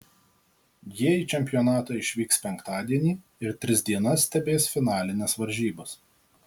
jie į čempionatą išvyks penktadienį ir tris dienas stebės finalines varžybas